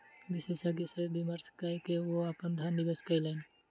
विशेषज्ञ सॅ विमर्श कय के ओ अपन धन निवेश कयलैन